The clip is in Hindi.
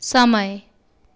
समय